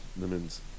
Lemons